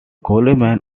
coleman